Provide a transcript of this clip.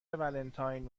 ولنتاین